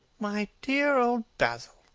my dear old basil,